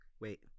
Wait